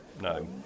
no